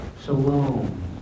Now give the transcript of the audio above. shalom